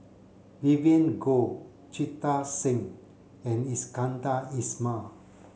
Vivien Goh Jita Singh and Iskandar Ismail